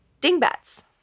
dingbats